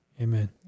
Amen